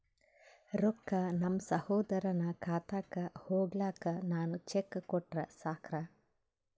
ರೊಕ್ಕ ನಮ್ಮಸಹೋದರನ ಖಾತಕ್ಕ ಹೋಗ್ಲಾಕ್ಕ ನಾನು ಚೆಕ್ ಕೊಟ್ರ ಸಾಕ್ರ?